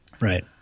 Right